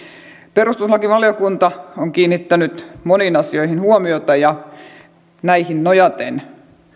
perustuslakivaliokunta on kiinnittänyt moniin asioihin huomiota ja näihin nojaten